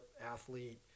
athlete